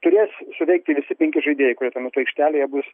turės suveikti visi penki žaidėjai kurie tuo metu aikštelėje bus